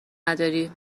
نداری